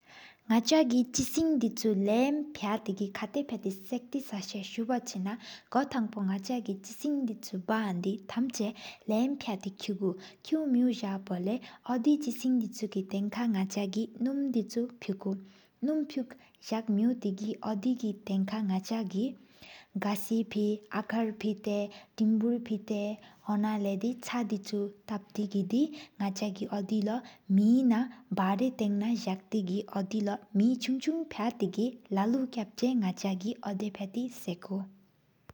ནག་ཆ་གི་ཆེས་སིན་དི་ཆུ་ལམ་བཀྲ་གའི་གི། ཁ་ཏ་བཀྲ་གའི་སྐྱིད་ཨ་སི་བ་ཆེ་ན་དི། གོ་ཐང་ཕུ་ནག་ཆ་གི་ཆེས་སིན་དི་ཆུ། བཀྲ་གཏི་གི་ལམ་བཀྲ་གའི་ཁུ་གུ། ཁུ་མེཡོ་ཏེ་གི་གབ་ཀླད་ནག་ཆ་གི། ཨོ་དི་ཆེས་སིན་དར་མ་སོ་དི་ཆོ་ལམ། ཕྱ་འདྷོད་གི་མིང་གནམ་གནམ་དུ་མེཡོ་ནེ་གི། ཨོ་དི་ཀྱི་དང་ནག་ཆ་གི་གསི་བྱི་ནན། ཨ་ཀར་བཀྲ་ཏེ་ཏོ་ལི་ནོན་འགྲེ་ཅ་ཅང་དི་ཆུ། དཔེ་དེ་གདྷང་ཀྱི་ནག་ཆ་གི་བོ་ཎ་མི་ན། བར་ཏང་ན་བཀྱིཟི་ཨོ་དི་ལུ་མེ་ཅུང་ཅུང། ལ་ལ་སྐོར་ཅན་ནག་ཆ་གི་ཨོ་དི། ཕྱ་འདྷོད་གི་ས་ཀོས།